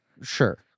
Sure